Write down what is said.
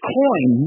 coin